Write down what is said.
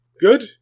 Good